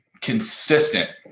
consistent